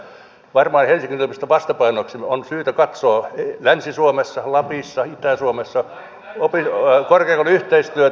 varmaan helsingin yliopiston vastapainoksi on syytä katsoa länsi suomessa lapissa itä suomessa korkeakoulujen yhteistyötä